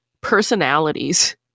personalities